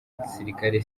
gisilikari